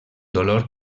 dolor